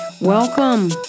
welcome